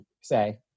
say